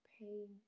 pain